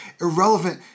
irrelevant